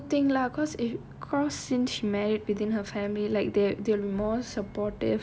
but I think it's a good thing lah because if because since she married within her family like they they'll be more supportive